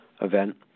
event